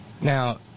Now